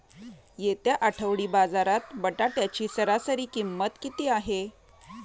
येत्या आठवडी बाजारात बटाट्याची सरासरी किंमत किती आहे?